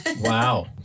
Wow